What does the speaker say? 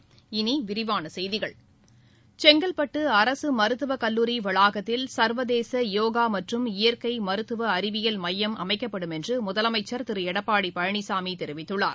இனிவிரிவானசெய்திகள் செங்கல்பட்டுஅரசுமருத்துவக் கல்ஹரி வளாகத்தில் சர்வதேசயோகாமற்றம் இயற்கைமருத்துவஅறிவியல் மையம் அமைக்கப்படும் என்றுமுதலமைச்சர் திருளடப்பாடிபழனிசாமிதெரிவித்துள்ளார்